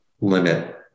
limit